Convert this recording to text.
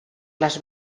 les